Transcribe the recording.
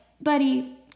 buddy